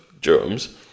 germs